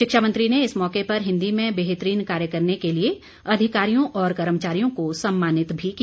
शिक्षा मंत्री ने इस मौके पर हिन्दी में बेहतरीन कार्य करने के लिए अधिकारियों और कर्मचारियों को सम्मानित भी किया